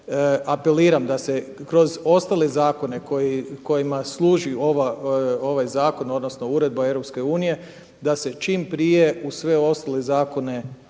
apeliram da se kroz ostale zakone kojima služi ovaj zakon, odnosno uredba EU da se čim prije uz sve ostale zakone ugradi